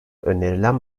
önerilen